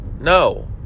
no